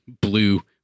blue